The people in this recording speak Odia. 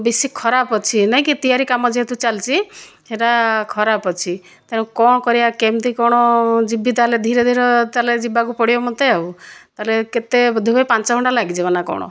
ବେଶି ଖରାପ ଅଛି ନାହିଁକି ତିଆରି କାମ ଯେହେତୁ ଚାଲିଛି ହେଟା ଖରାପ ଅଛି ତେଣୁ କଣ କରିବା କେମିତି କ'ଣ ଯିବି ତା'ହେଲେ ଧୀରେ ଧୀରେ ତା'ହେଲେ ଯିବାକୁ ପଡ଼ିବ ମୋତେ ଆଉ ତା'ହେଲେ କେତେ ବୋଧ ହୁଏ ପାଞ୍ଚ ଘଣ୍ଟା ଲାଗିଯିବ ନା କ'ଣ